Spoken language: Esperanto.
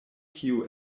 kiu